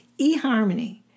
eHarmony